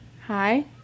Hi